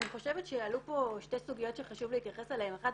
אני חושבת שעלו פה שתי סוגיות שחשוב להתייחס אליהן אחת